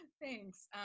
Thanks